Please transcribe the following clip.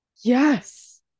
Yes